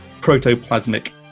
protoplasmic